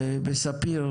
במכללת ספיר,